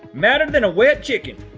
madder than a wet chicken.